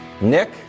Nick